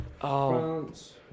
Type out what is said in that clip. France